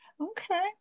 Okay